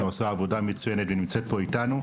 שעושה עבודה מצוינת ונמצאת כאן איתנו.